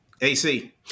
AC